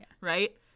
Right